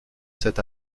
cet